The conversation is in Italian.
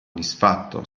disfatto